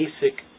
basic